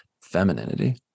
femininity